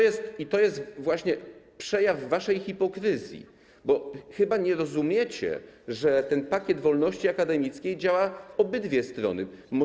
I to jest właśnie przejaw waszej hipokryzji, bo chyba nie rozumiecie, że ten pakiet wolności akademickiej działa w obydwie strony.